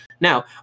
Now